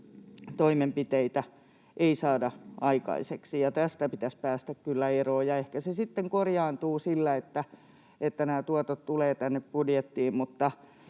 toimenpiteitä ei saada aikaiseksi. Tästä pitäisi kyllä päästä eroon, ja ehkä se sitten korjaantuu sillä, että nämä tuotot tulevat budjettiin.